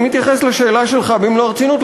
אני מתייחס לשאלה שלך במלוא הרצינות,